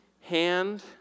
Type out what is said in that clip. hand